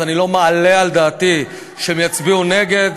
אז אני לא מעלה על דעתי שהן יצביעו נגד.